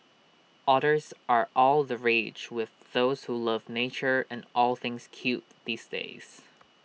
otters are all the rage with those who love nature and all things cute these days